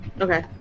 Okay